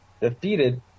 defeated